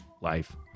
life